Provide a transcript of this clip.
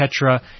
tetra